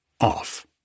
off